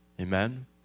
Amen